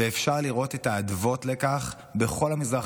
ואפשר לראות את האדוות לכך בכל המזרח